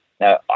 now